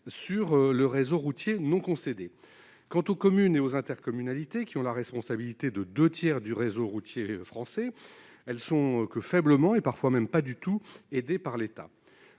sur le réseau routier non concédé quant aux communes et aux intercommunalités qui ont la responsabilité de 2 tiers du réseau routier français, elles sont que faiblement et parfois même pas du tout aidé par l'État